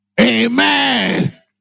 Amen